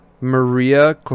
Maria